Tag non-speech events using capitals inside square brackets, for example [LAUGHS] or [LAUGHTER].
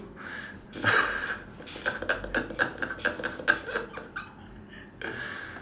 [LAUGHS]